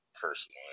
personally